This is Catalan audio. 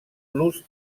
los